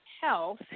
health